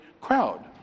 crowd